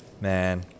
man